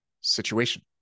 situation